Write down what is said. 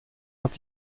hat